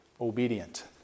obedient